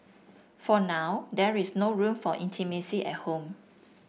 for now there is no room for intimacy at home